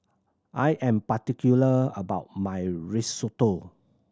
I am particular about my Risotto